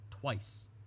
Twice